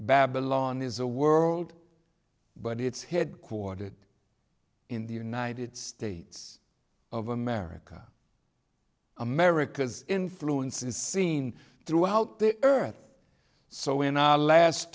babylon is a world but it's headquartered in the united states of america america's influence is seen throughout the earth so in our last